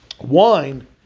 Wine